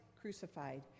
crucified